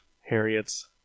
Harriet's